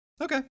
Okay